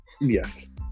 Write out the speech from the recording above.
Yes